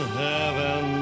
heaven